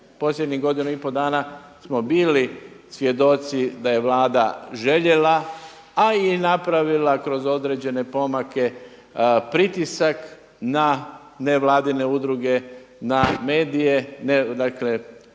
posljednjih godinu i pol dana smo bili svjedoci da je Vlada željela, a i napravila kroz određene pomake pritisak na nevladine udruge, na medije, dakle